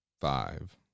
five